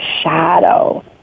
shadow